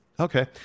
Okay